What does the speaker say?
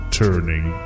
turning